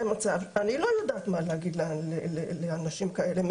זה מצב שאני לא יודעת מה להגיד לאנשים כאלה.